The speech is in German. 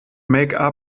make